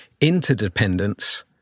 interdependence